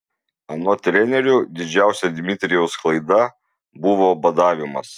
anot trenerių didžiausia dmitrijaus klaida buvo badavimas